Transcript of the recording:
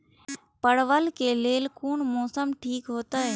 परवल के लेल कोन मौसम ठीक होते?